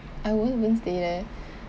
I won't even stay there